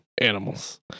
animals